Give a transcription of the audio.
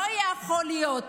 לא יכול להיות